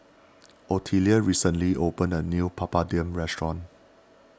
Ottilia recently opened a new Papadum restaurant